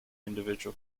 individual